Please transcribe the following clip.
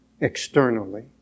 externally